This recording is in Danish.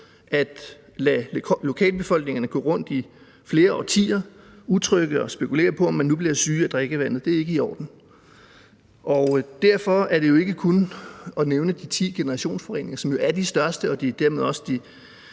at lade lokalbefolkningerne gå utrygge rundt i flere årtier og spekulere på, om de nu bliver syg af drikkevandet. Det er ikke i orden. Og derfor er det jo ikke kun at nævne de ti generationsforureninger, som jo er de største og dermed også de